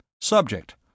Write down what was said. Subject